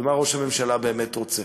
מה ראש הממשלה באמת רוצה.